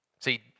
See